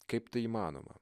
kaip tai įmanoma